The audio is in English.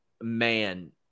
man